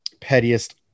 Pettiest